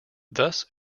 thus